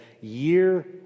Year